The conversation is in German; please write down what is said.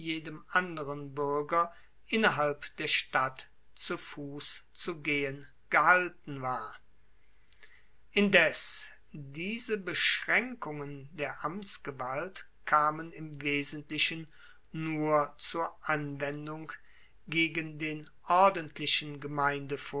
jedem anderen buerger innerhalb der stadt zu fuss zu gehen gehalten war indes diese beschraenkungen der amtsgewalt kamen im wesentlichen nur zur anwendung gegen den ordentlichen